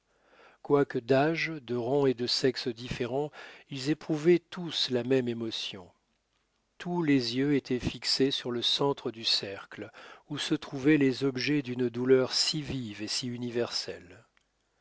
quoique d'âge de rang et de sexe différents ils éprouvaient tous la même émotion tous les yeux étaient fixés sur le centre du cercle où se trouvaient les objets d'une douleur si vive et si universelle